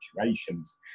situations